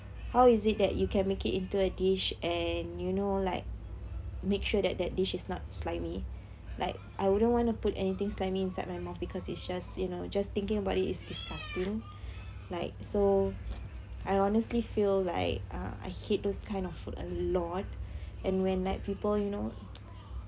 how is it that you can make it into a dish and you know like make sure that that dish is not slimy like I wouldn't want to put anything slimy inside my mouth because it's just you know just thinking about is disgusting like so I honestly feel like uh I hate those kind of food a lot and when like people you know